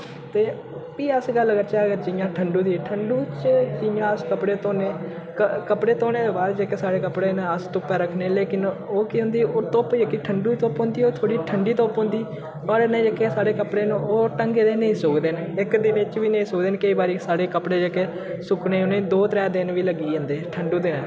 ते फ्ही अस गल्ल करचै अगर जि'यां ठण्डु दी ठण्डु च जि'यां अस कपड़े धोने कपड़े धोने दे बाद जेह्के साढ़े कपड़े न अस धुप्पै रक्खने लेकिन ओह् केह् होंदी ओह् धुप्प जेह्की ठण्डु दी धुप्प होंदी ओह् थोह्ड़ी ठंडी धुप्प होंदी नोहाड़े नै जेह्के साढ़े कपड़े न ओह् ढंगे दे नेई सुक्कदे न इक दिने च बी नेईं सुकदे न केईं बारी साढ़े कपड़े जेह्के सुक्कने उ'नें दो त्रै दिन बी लग्गी जंदे ठण्डु दिनै